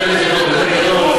הקרדיט שלך הוא כזה גדול,